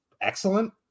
excellent